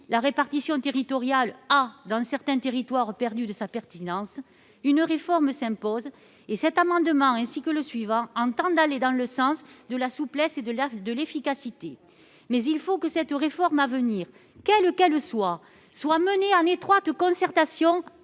la répartition territoriale a, dans certains territoires, perdu de sa pertinence -, une réforme s'impose. Cet amendement ainsi que le suivant visent à introduire davantage de souplesse et d'efficacité. Mais il faut que cette réforme à venir, quelle qu'elle soit, fasse l'objet d'une étroite concertation,